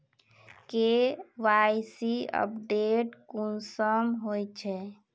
KYC update कुंसम होचे?